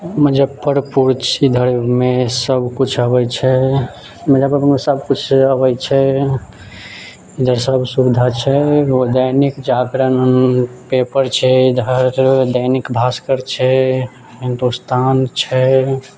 मुजफ्फरपुर जिलामे सब किछु अबैत छै मुजफ्फरपुरमे सब किछु अबैत छै इधर सब सुविधा छै दैनिक जागरण पेपर छै इधर दैनिक भाष्कर छै हिंदुस्तान छै